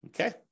okay